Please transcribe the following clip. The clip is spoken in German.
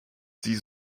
sie